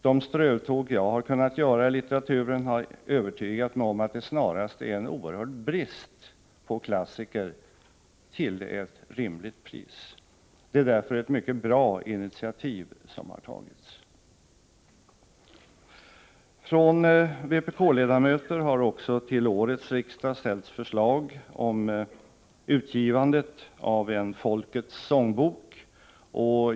De strövtåg jag har kunnat göra i litteraturen har övertygat mig om att det snarast är en oerhörd brist på klassiker till ett rimligt pris. Det är därför ett mycket bra initiativ som har tagits. Från vpk-ledamöter har också vid årets riksdag ställts förslag om utgivandet av en folkets sångbok.